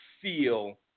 feel